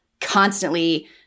constantly